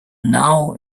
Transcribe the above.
now